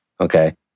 Okay